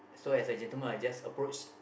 so as a gentleman I just approach